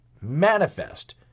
manifest